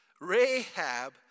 Rahab